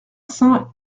saint